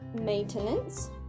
maintenance